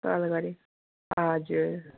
call गरेँ हजुर